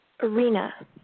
arena